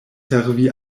servi